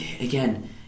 again